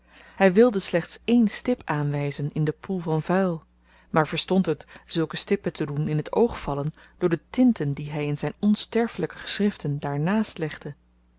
hy wilde slechts één stip aanwyzen in den poel van vuil maar verstond het zulke stippen te doen in t oog vallen door de tinten die hy in zyn onsterfelyke geschriften daarnààst legde